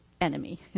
enemy